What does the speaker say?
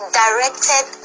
directed